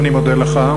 אני מודה לך.